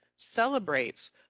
celebrates